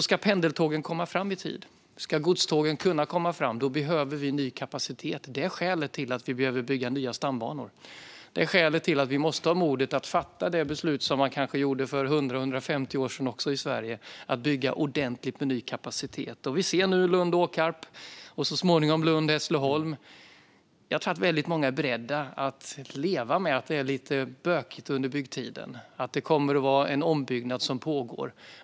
Ska pendeltågen komma fram i tid och godstågen kunna komma fram behöver vi ny kapacitet. Det är skälet till att vi behöver bygga nya stambanor. Det är skälet till att vi måste ha modet att fatta de beslut som man gjorde för kanske hundra eller hundrafemtio år sedan i Sverige att bygga ordentligt med ny kapacitet. Vi ser nu att man gör det för Lund-Åkarp och så småningom Lund-Hässleholm. Jag tror att väldigt många är beredda att leva med att det är lite bökigt under byggtiden och att det kommer att vara en ombyggnad som pågår.